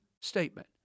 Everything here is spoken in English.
statement